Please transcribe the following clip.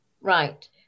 Right